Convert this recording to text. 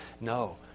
No